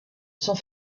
sont